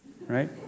right